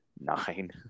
Nine